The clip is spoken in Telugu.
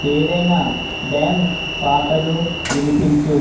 ఏదైనా డ్యాన్స్ పాటలు వినిపించు